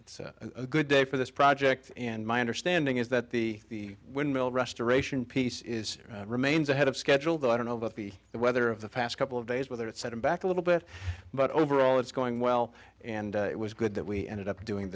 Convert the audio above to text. it's a good day for this project and my understanding is that the windmill restoration piece is remains ahead of schedule though i don't know but the weather of the past couple of days whether it set it back a little bit but overall it's going well and it was good that we ended up doing